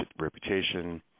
reputation